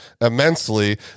immensely